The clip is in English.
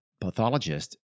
pathologist